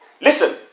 Listen